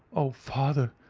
oh, father,